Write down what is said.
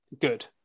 good